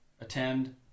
attend